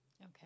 Okay